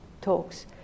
talks